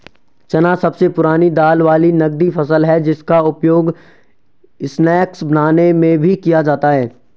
चना सबसे पुरानी दाल वाली नगदी फसल है जिसका उपयोग स्नैक्स बनाने में भी किया जाता है